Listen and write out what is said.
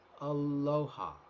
Aloha